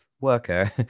worker